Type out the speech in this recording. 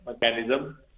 mechanism